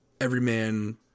everyman